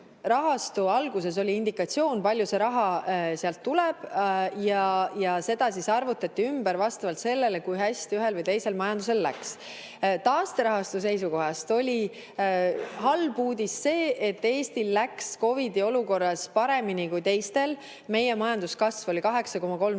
[loomise] alguses oli [antud] indikatsioon, kui palju seda raha sealt tuleb, ja see summa arvutati ümber vastavalt sellele, kui hästi ühe või teise [riigi] majandusel läks. Taasterahastu seisukohast oli halb uudis see, et Eestil läks COVID-i olukorras paremini kui teistel. Meie majanduskasv oli 8,3%